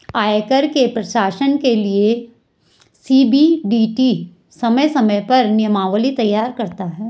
आयकर के प्रशासन के लिये सी.बी.डी.टी समय समय पर नियमावली तैयार करता है